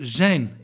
zijn